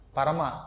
Parama